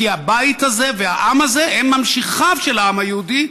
כי הבית הזה והעם הזה הם ממשיכיו של העם היהודי,